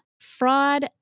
fraud